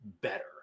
better